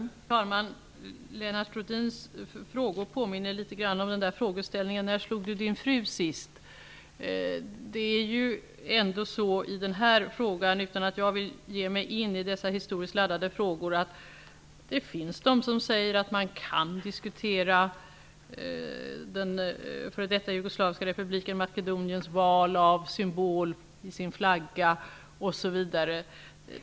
Fru talman! Lennart Rohdins frågor påminner litet grand om spörsmålet ''Har du slutat att slå din fru?'' Jag vill utan att ge mig in i dessa historiskt laddade frågeställningar ändå säga att det finns de som säger att man kan diskutera den f.d. jugoslaviska republiken Makedoniens val av symbol i sin flagga osv.